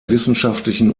wissenschaftlichen